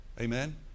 Amen